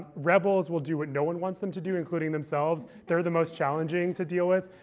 rebels will do what no one wants them to do, including themselves. they're the most challenging to deal with.